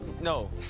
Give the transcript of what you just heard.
no